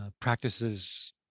Practices